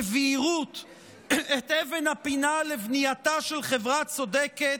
בבהירות את אבן הפינה לבנייתה של חברה צודקת,